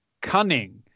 Cunning